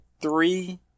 three